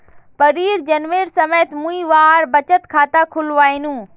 परीर जन्मेर समयत मुई वहार बचत खाता खुलवैयानु